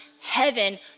heaven